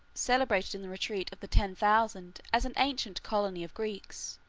celebrated in the retreat of the ten thousand as an ancient colony of greeks,